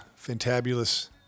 fantabulous